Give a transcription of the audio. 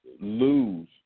Lose